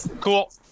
Cool